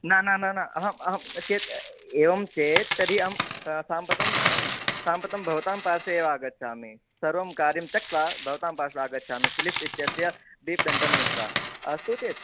न न न न अहं अहं चेत् एवं चेत् तर्हि अहं साम्प्रतं साम्प्रतं भवतां पार्श्वे एव आगच्छामि सर्वं कार्यं त्यक्त्वा भवतां पार्श्वे आगच्छामि फ़िलिप्स् इत्यस्य दीपदण्डं नीत्वा अस्तु चेत्